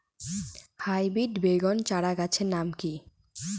Hybrid বেগুন চারাগাছের নাম কি?